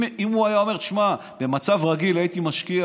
אם הוא היה אומר: תשמע, במצב רגיל הייתי משקיע